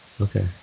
Okay